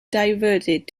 diverted